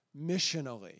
missionally